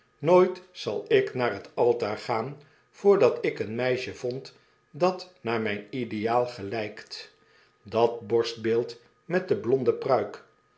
nooit zal ik naar het altaar gaan voordat ik een meisje vond dat naar mijn ideaal gelykt dat borstbeeld met de blonde pruik